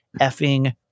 effing